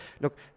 look